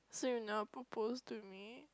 so you don't wanna propose to me